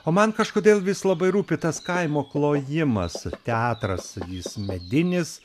o man kažkodėl vis labai rūpi tas kaimo klojimas teatras jis medinis